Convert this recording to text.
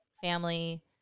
family